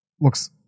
looks